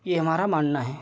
यह हमारा मानना है